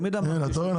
אתה רואה?